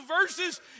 verses